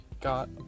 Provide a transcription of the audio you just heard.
got